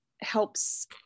helps